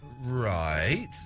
Right